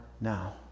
now